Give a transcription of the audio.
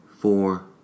four